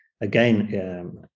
Again